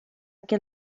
que